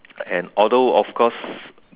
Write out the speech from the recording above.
and although of course